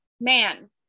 man